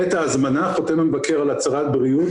בעת ההזמנה חותם המבקר על הצהרת בריאות